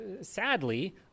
sadly